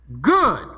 Good